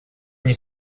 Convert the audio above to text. они